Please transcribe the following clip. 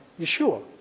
Yeshua